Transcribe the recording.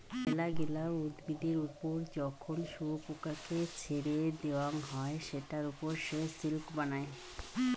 মেলাগিলা উদ্ভিদের ওপর যখন শুয়োপোকাকে ছেড়ে দেওয়াঙ হই সেটার ওপর সে সিল্ক বানায়